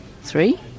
three